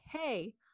hey